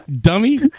dummy